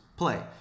play